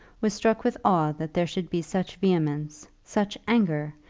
was struck with awe that there should be such vehemence, such anger,